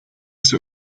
zur